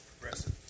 progressive